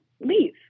leave